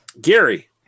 Gary